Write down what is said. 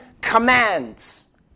commands